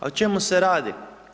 O čemu se radi?